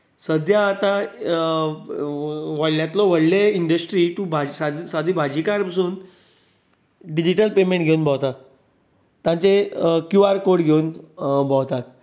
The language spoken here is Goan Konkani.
सद्याक आतां व्हडल्यांतलो व्हडले इंडस्ट्री तूं सादो भाजीकार पासून डिजिटल पेमेंट घेवन भोंवतात ताचें क्यु आर कोड घेवन भोंवतात